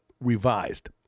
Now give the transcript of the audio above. Revised